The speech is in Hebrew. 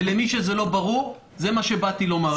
ולמי שזה לא ברור זה מה שבאתי לומר.